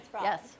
yes